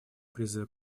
призывы